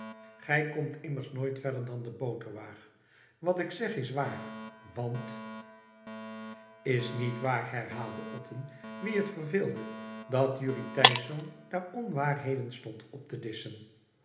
gij komt immers nooit verder dan de boterwaag wat ik zeg is waar want is niet waar herhaalde otten wien het verveelde dat jurrie thijsz daar onwaarheden stond op te disschen